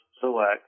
select